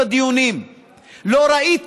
לא ראיתי